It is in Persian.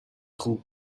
خوب